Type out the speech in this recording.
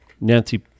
Nancy